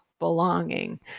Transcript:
belonging